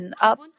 up